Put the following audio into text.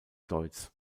deutz